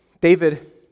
David